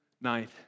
night